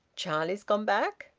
charlie's gone back?